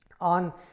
on